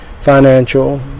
financial